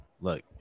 look